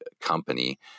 company